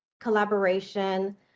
collaboration